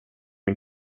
min